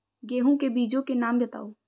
गेहूँ के बीजों के नाम बताओ?